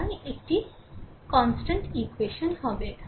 সুতরাং একটি ধ্রুবক সমীকরণ হবে